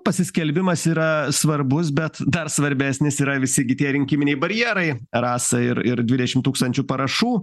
pasiskelbimas yra svarbus bet dar svarbesnis yra visi gi tie rinkiminiai barjerai rasa ir ir dvidešim tūkstančių parašų